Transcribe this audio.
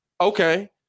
okay